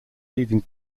leading